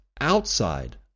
outside